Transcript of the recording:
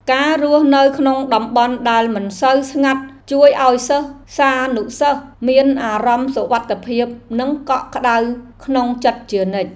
ការរស់នៅក្នុងតំបន់ដែលមិនសូវស្ងាត់ជួយឱ្យសិស្សានុសិស្សមានអារម្មណ៍សុវត្ថិភាពនិងកក់ក្តៅក្នុងចិត្តជានិច្ច។